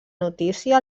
notícia